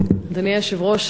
אדוני היושב-ראש,